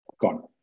gone